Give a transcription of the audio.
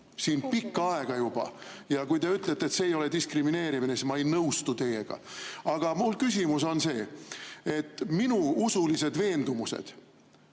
pikka aega juba. Kui te ütlete, et see ei ole diskrimineerimine, siis ma ei nõustu teiega. Aga mu küsimus on see. Minu usulised veendumused